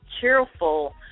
cheerful